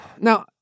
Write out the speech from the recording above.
Now